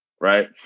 right